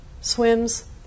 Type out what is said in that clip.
swims